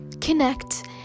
connect